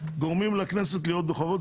שגורמות לכנסת להיות בחובות.